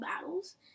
battles